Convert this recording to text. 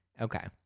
Okay